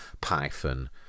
Python